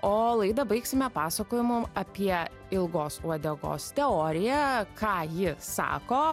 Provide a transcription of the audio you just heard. o laidą baigsime pasakojimu apie ilgos uodegos teoriją ką ji sako